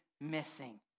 missing